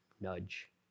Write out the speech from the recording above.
nudge